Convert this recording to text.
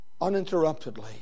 uninterruptedly